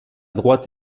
droite